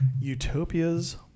Utopia's